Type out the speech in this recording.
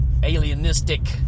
alienistic